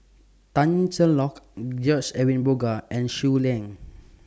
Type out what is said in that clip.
Tan Cheng Lock George Edwin Bogaars and Shui Lan